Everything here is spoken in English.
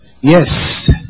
Yes